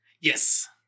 Yes